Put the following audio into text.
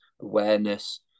awareness